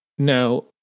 Now